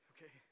Okay